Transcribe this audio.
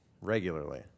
regularly